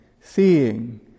seeing